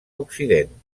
occident